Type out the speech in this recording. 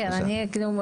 בבקשה.